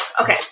okay